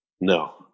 No